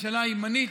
ממשלה ימנית,